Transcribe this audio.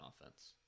offense